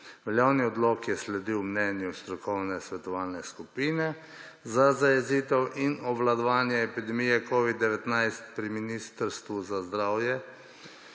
Veljavni odlok je sledil mnenju Strokovne svetovalne skupine za zajezitev in obvladovanje epidemije covid-19 pri Ministrstvu za zdravje.